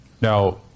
Now